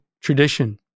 tradition